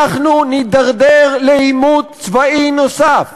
אנחנו נתדרדר לעימות צבאי נוסף.